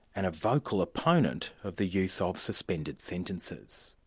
and a vocal opponent of the use ah of suspended sentences.